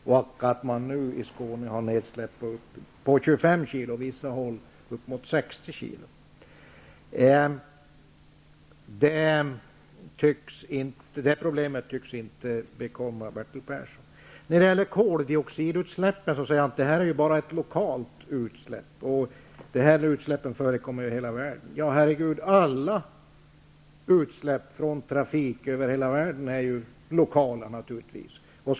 Nu förekommer i Skåne utsläpp på 25 kg per hektar, och på vissa håll upp emot 60 kg. Det problemet tycks inte bekomma När det gäller koldioxidutsläppen säger Bertil Persson att dessa bara är lokala utsläpp och att sådana utsläpp förekommer i hela världen. Men alla utsläpp från trafik över hela världen är naturligtvis lokala!